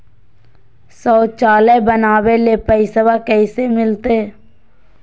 शौचालय बनावे ले पैसबा कैसे मिलते?